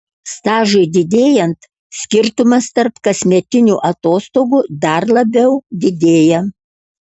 stažui didėjant skirtumas tarp kasmetinių atostogų dar labiau didėja